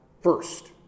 first